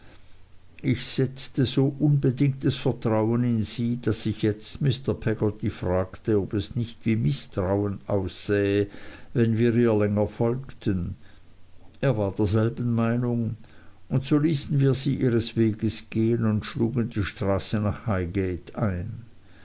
ich setzte so unbedingtes vertrauen in sie daß ich jetzt mr peggotty fragte ob es nicht wie mißtrauen aussähe wenn wir ihr länger folgten er war derselben meinung und so ließen wir sie ihres weges gehen und schlugen die straße nach highgate ein